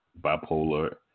bipolar